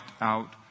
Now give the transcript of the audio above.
out